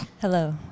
Hello